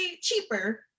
cheaper